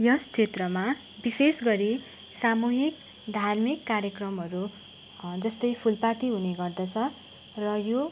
यस क्षेत्रमा विशेष गरी सामूहिक धार्मिक कार्यक्रमहरू जस्तै फुलपाती हुने गर्दछ र यो